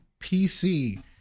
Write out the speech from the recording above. PC